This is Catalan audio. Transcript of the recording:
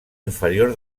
inferior